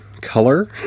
color